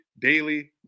daily